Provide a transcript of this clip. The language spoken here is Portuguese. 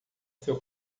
seu